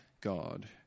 God